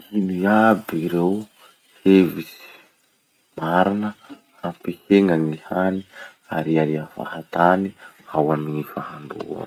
Ino iaby ireo hevitsy marina hampihena gny hany ariaria fahatany ao amin'ny fahandroa ao?